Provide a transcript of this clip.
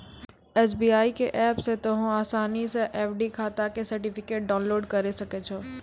SBI के app से तोंहें असानी से एफ.डी खाता के सर्टिफिकेट डाउनलोड करि सकै छो